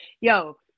yo